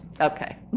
Okay